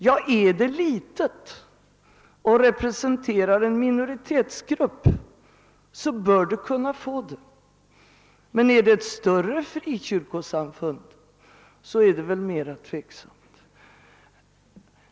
Ja, är det litet och representerar en minoritetsgrupp, så bör de kunna få skydd, men om det är ett större frikyrkosamfund, så är det väl mera tveksamt.